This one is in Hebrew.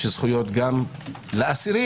יש זכויות גם לאסירים.